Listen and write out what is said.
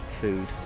food